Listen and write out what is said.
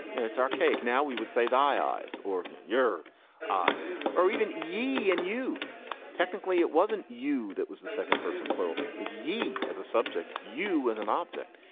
it's archaic. now we would say the eyes or your eyes or even yee and you technically it wasn't you that was the second person plural was ye as a subject you as an object.